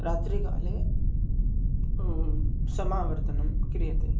रात्रिकाले समावर्तनं क्रियते